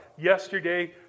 Yesterday